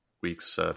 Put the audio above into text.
weeks